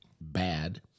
bad